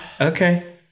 Okay